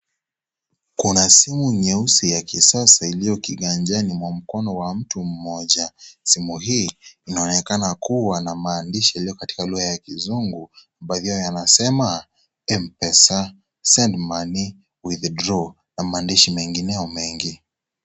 Kuna simu nyeusi ya kisasa iliyokiganjani mwa mkono wa mtu mmoja . Simu hii, inaonekana kuwa na maandishi yaliyokuwa kwa lugha ya kizungu. Baadhi yao yanasema; cs(mpesa, send money, withdraw)na maandishi mengineo mengi.